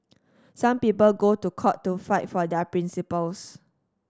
some people go to court to fight for their principles